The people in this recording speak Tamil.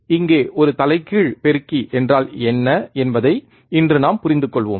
இப்போது இங்கே ஒரு தலைகீழ் பெருக்கி என்றால் என்ன என்பதை இன்று நாம் புரிந்துகொள்வோம்